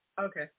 Okay